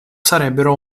sarebbero